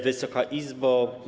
Wysoka Izbo!